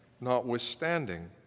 notwithstanding